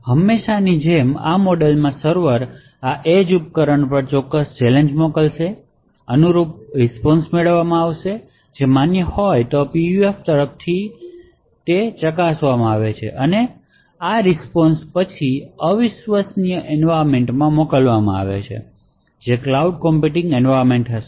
હંમેશની જેમ આ મોડેલમાં સર્વર આ એજ ઉપકરણ પર ચોક્કસ ચેલેંજ મોકલશે અનુરૂપ રીસ્પોન્શ મેળવશે જે માન્ય હોય તો તે PUF તરફથી હોય અને આ રીસ્પોન્શ પછી અવિશ્વસનીય એનવાયરમેંટમાં મોકલવામાં આવે છે જે ક્લાઉડ કમ્પ્યુટિંગ એન્વાયર્નમેન્ટ હશે